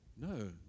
No